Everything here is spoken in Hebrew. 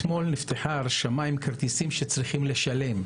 אתמול נפתחה הרשמה עם כרטיסים שצריך לשלם עליהם.